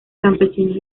campesinos